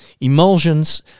emulsions